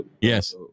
Yes